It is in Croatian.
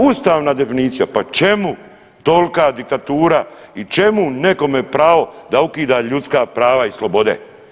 Ustavna definicija, pa čemu tolika diktatura i čemu nekome pravo da ukida ljudska prava i slobode.